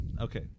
Okay